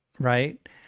right